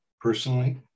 personally